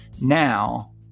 Now